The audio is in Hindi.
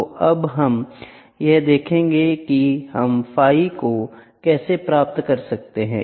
तो अब हम यह देखेंगे कि हम φ को कैसे प्राप्त कर सकते हैं